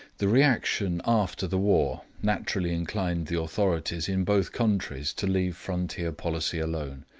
the reaction after the war naturally inclined the authorities in both countries to leave frontier policy alone,